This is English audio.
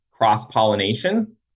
cross-pollination